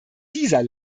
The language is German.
dieser